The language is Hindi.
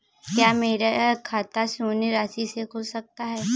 क्या मेरा खाता शून्य राशि से खुल सकता है?